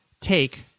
take